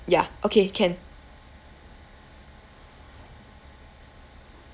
ya okay can